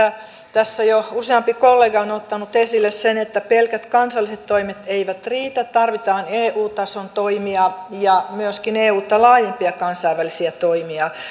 tässä jo useampi kollega on on ottanut esille sen että pelkät kansalliset toimet eivät riitä tarvitaan eu tason toimia ja myöskin euta laajempia kasainvälisiä toimia